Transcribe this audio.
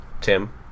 Tim